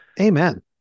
Amen